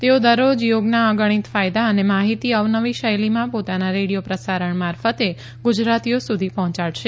તેઓ દરરોજ યોગના અગણિત ફાયદા અને માહિતી અવનવી શૈલીમાં પોતાના રેડિયો પ્રસારણ મારફતે ગુજરાતીઓ સુધી પહોચાડશે